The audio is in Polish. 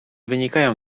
wynikają